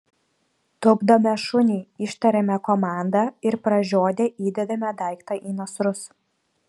tupdome šunį ištariame komandą ir pražiodę įdedame daiktą į nasrus